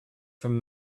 from